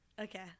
Okay